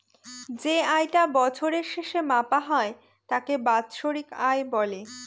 যে আয় টা বছরের শেষে মাপা হয় তাকে বাৎসরিক আয় বলে